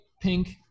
pink